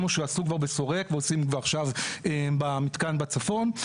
כמו שעשו כבר בשורק ועושים עכשיו במתקן בצפון.